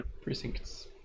Precincts